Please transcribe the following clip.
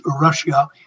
Russia